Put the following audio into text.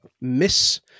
miss